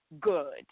good